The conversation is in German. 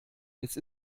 jetzt